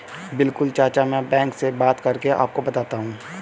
बिल्कुल चाचा में बैंक से बात करके आपको बताता हूं